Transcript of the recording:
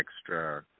extra